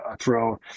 throw